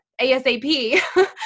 ASAP